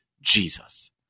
Jesus